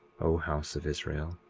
o house of israel.